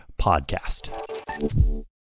podcast